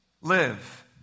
Live